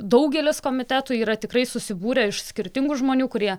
daugelis komitetų yra tikrai susibūrę iš skirtingų žmonių kurie